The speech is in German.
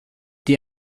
die